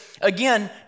again